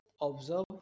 observe